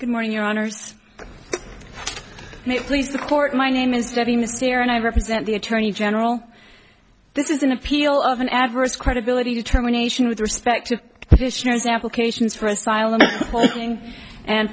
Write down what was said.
good morning your honour's please the court my name is debbie mystere and i represent the attorney general this is an appeal of an adverse credibility determination with respect to this no sample cations for asylum and